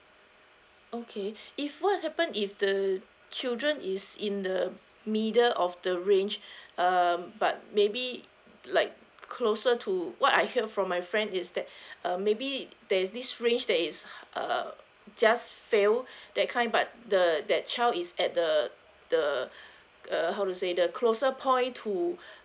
okay if what happen if the children is in the middle of the range um but maybe like closer to what I hear from my friend is that uh maybe there's this range that is err just fail that kind but the that child is at the the err how to say the closer point to